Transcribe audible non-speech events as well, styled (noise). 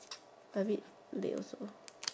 (noise) a bit late also